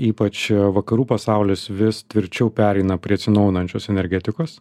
ypač vakarų pasaulis vis tvirčiau pereina prie atsinaujinančios energetikos